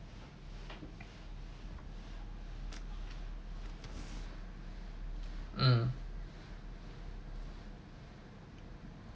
mm